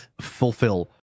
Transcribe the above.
fulfill